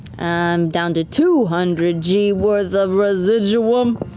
i'm down to two hundred g worth of residuum.